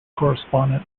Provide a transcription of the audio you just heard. correspondent